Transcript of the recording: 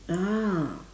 ah